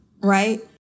right